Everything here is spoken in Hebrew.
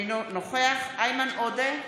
אינו נוכח איימן עודה,